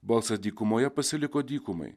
balsas dykumoje pasiliko dykumai